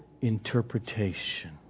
interpretation